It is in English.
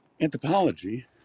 anthropology